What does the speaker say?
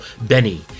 Benny